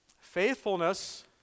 faithfulness